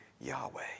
Yahweh